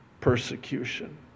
persecution